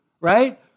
right